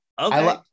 Okay